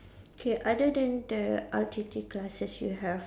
okay other than the R_T_T classes you have